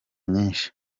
nyishi